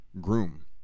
groom